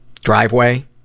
driveway